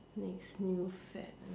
next new fad